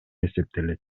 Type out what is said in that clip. эсептелет